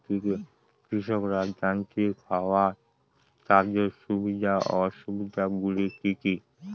কৃষকরা যান্ত্রিক হওয়ার তাদের সুবিধা ও অসুবিধা গুলি কি কি?